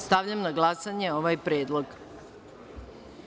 Stavljam na glasanje ovaj predlog.